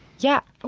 yeah, but